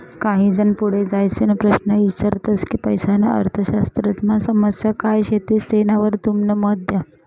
काही जन पुढे जाईसन प्रश्न ईचारतस की पैसाना अर्थशास्त्रमा समस्या काय शेतीस तेनावर तुमनं मत द्या